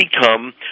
become